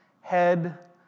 head